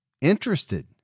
interested